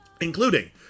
including